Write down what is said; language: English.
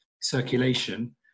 circulation